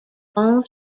bon